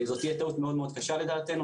זאת תהיה טעות מאוד-מאוד קשה לדעתנו.